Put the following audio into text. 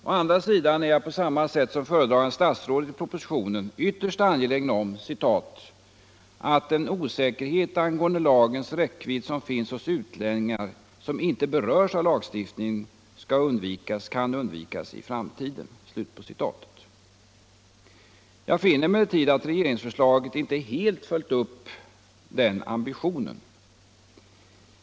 Å andra sidan är jag på samma sätt som föredragande statsrådet i propositionen ytterst angelägen om ”att den osäkerhet angående lagens räckvidd som finns hos utlänningar som inte berörs av lagstiftningen kan undvikas i framtiden”. Jag finner emellertid att regeringsförslaget inte helt följt upp denna ambition.